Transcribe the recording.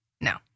no